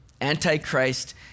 antichrist